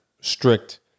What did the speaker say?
strict